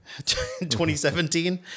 2017